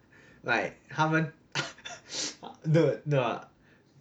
like 他们 dude no I